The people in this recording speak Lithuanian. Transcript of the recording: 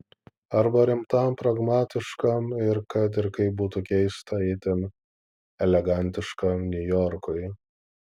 arba rimtam pragmatiškam ir kad ir kaip būtų keista itin elegantiškam niujorkui